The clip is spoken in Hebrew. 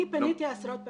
אני פניתי עשרות פעמים.